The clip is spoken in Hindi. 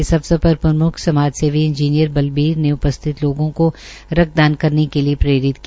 इस अवसर पर प्रमुख समाज सेवी इंजीनियर बलबीर ने उपस्थित लोगों को रक्तदान करने के लिये प्रेरित किया